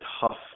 tough